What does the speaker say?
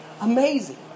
amazing